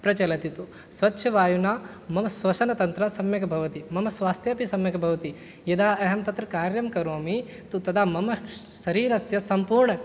प्रचलति तु स्वच्छवायुना मम श्वसनतन्त्रं सम्यक् भवति मम स्वास्थ्यम् अपि सम्यक् भवति यदा अहं तत्र कार्यं करोमि तु तदा मम स् शरीरस्य संपूर्ण